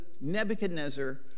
nebuchadnezzar